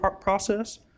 process